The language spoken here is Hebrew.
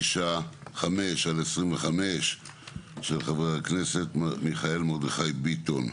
פ/1395/25 של חבר הכנסת מיכאל מרדכי ביטון,